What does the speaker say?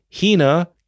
Hina